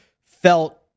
felt